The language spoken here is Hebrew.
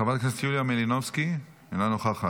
חברת הכנסת יוליה מלינובסקי, אינה נוכחת.